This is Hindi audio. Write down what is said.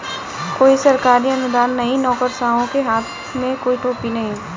कोई सरकारी अनुदान नहीं, नौकरशाहों के हाथ में कोई टोपी नहीं